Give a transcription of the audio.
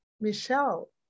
Michelle